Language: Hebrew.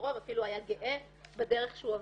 סיפורו ואפילו היה גאה בדרך שהוא עבר.